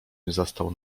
zastał